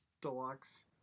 deluxe